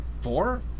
four